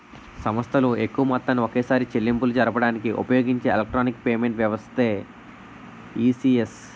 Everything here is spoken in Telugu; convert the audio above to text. సంస్థలు ఎక్కువ మొత్తాన్ని ఒకేసారి చెల్లింపులు జరపడానికి ఉపయోగించే ఎలక్ట్రానిక్ పేమెంట్ వ్యవస్థే ఈ.సి.ఎస్